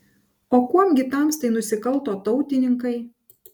o kuom gi tamstai nusikalto tautininkai